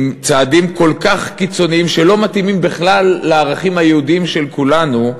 עם צעדים כל כך קיצוניים שלא מתאימים בכלל לערכים היהודיים של כולנו,